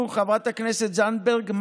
חברת הכנסת זנדברג,